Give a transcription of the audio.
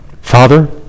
Father